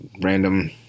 random